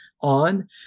on